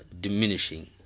diminishing